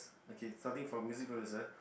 okay starting from music producer